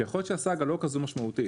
שיכול להיות שהסאגה לא כזאת משמעותית.